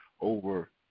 over